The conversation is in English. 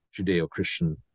judeo-christian